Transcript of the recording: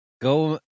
Go